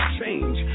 change